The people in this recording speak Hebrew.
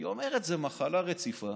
היא אומרת: זו מחלה רציפה